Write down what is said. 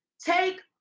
Take